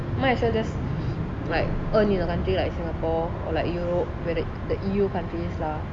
might as well just like earn in a country like singapore or like europe where the E_U countries lah